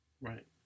right